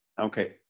okay